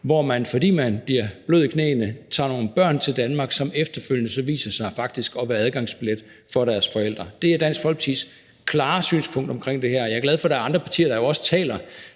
hvor man, fordi man bliver blød i knæene, tager nogle børn til Danmark, som efterfølgende viser sig faktisk at være adgangsbillet for deres forældre. Det er Dansk Folkepartis klare synspunkt omkring det her, og jeg er glad for, at der andre partier, der også taler